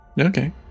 okay